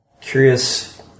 curious